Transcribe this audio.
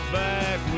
back